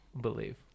believe